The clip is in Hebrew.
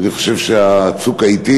אני חושב שצוק העתים,